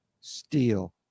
steel